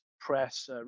press